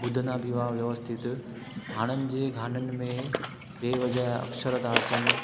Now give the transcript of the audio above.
ॿुधंदा बि हुआ व्यवस्थित हाणनि जे गाननि में बेवजह अक्षर था अचनि